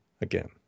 again